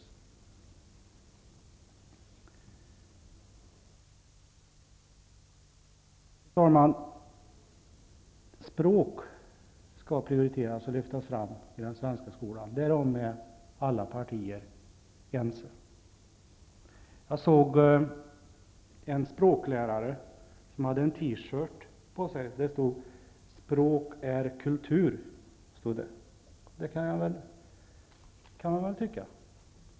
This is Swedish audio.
Fru talman! Språk skall prioriteras och lyftas fram i den svenska skolan. Därom är alla partier ense. Jag såg en språklärare som hade en t-shirt där det stod: Språk är kultur. Det kan man väl tycka.